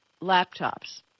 laptops